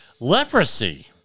Leprosy